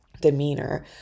demeanor